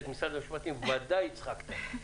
את משרד המשפטים בוודאי הצחקתם.